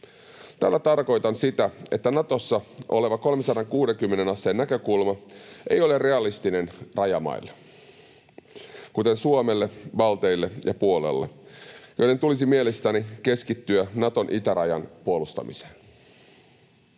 Tällä tarkoitan sitä, että Natossa oleva 360 asteen näkökulma ei ole realistinen rajamaille, kuten Suomelle, balteille ja Puolalle, joiden tulisi mielestäni keskittyä Naton itärajan puolustamiseen.